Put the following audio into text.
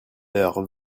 leur